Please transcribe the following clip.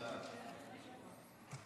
אדוני השר,